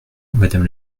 madame